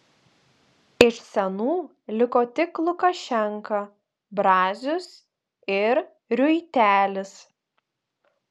iš senų liko tik lukašenka brazius ir riuitelis